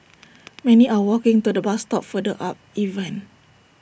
many are walking to the bus stop further up even